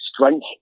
strength